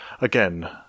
Again